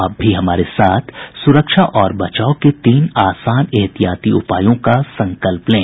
आप भी हमारे साथ सुरक्षा और बचाव के तीन आसान एहतियाती उपायों का संकल्प लें